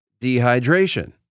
dehydration